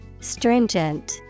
Stringent